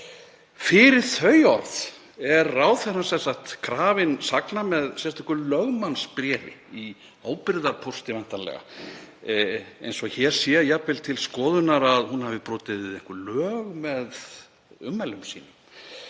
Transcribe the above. Fyrir þau orð er ráðherrann krafin sagna með sérstöku lögmannsbréfi í ábyrgðarpósti, væntanlega, eins og hér sé jafnvel til skoðunar að hún hafi brotið einhver lög með ummælum sínum.